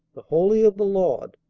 the holy of the lord,